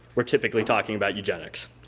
we're typically talking about eugenics.